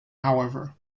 however